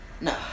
No